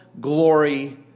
glory